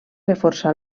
reforçar